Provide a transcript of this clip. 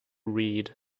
read